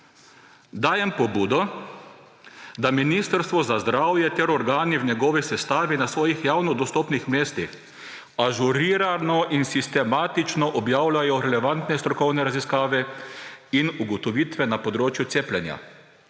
»dajem pobudo, da Ministrstvo za zdravje ter organi v njegovi sestavi na svojih javno dostopnih mestih ažurirano in sistematično objavljajo relevantne strokovne raziskave in ugotovitve na področju cepljenj,